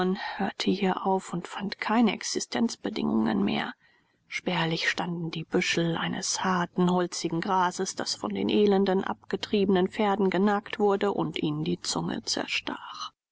hörte hier auf und fand keine existenzbedingungen mehr spärlich standen die büschel eines harten holzigen grases das von den elenden abgetriebenen pferden genagt wurde und ihnen die zunge zerstach